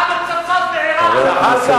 שמו פצצות בעירק.